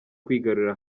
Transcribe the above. kwigarurira